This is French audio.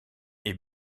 est